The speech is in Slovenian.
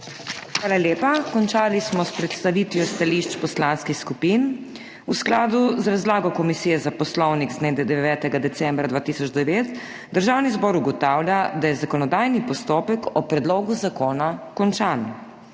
Hvala lepa. Končali smo s predstavitvijo stališč poslanskih skupin. V skladu z razlago Komisije za poslovnik z dne 9. decembra 2009 Državni zbor ugotavlja, da je zakonodajni postopek o predlogu zakona končan.